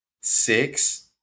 six